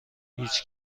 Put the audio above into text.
هیچ